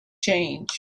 change